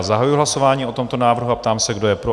Zahajuji hlasování o tomto návrhu a ptám se, kdo je pro?